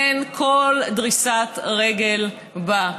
אין כל דריסת רגל בה,